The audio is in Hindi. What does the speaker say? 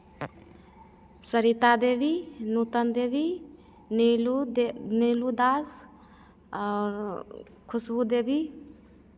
सरिता देवी नूतन देवी नीलू दे नीलू दास और खुशबू देवी